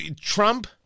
Trump